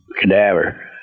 cadaver